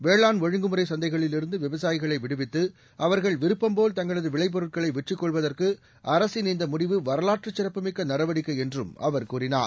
வேளாண் ஜழங்குமுறை சந்தைகளில் இருந்து விவசாயிகளை விடுவித்து அவர்கள் விருப்பம்போல் தங்களது விளைப்பொருட்களை விற்றுக் கொள்வதற்கு அரசின் இந்த முடிவு வரலாற்றச் சிறப்புமிக்க நடவடிக்கை என்றும் அவர் கூறினார்